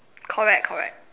correct correct